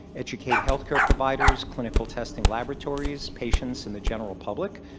educate healthcare providers, clinical testing laboratories, patients in the general public.